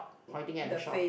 pointing at the shop